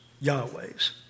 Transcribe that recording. Yahweh's